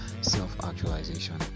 self-actualization